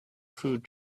food